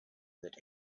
that